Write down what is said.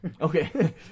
Okay